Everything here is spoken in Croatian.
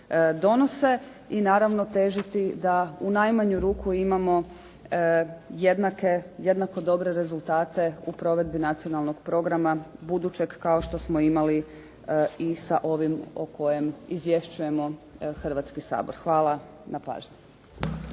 donose, i naravno težiti da u najmanju ruku imamo jednako dobre rezultate u provedbi nacionalnog programa budućeg, kao što smo imali i sa ovim o kojem izvješćujemo Hrvatski sabor. Hvala na pažnji.